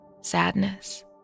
Sadness